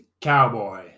Cowboy